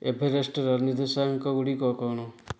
ଏଭରେଷ୍ଟର ନିର୍ଦ୍ଦେଶାଙ୍କ ଗୁଡ଼ିକ କ'ଣ